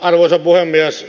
arvoisa puhemies